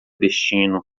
destino